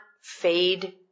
fade